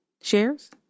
shares